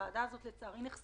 בוועדה הזאת אנחנו נחשפים